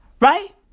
right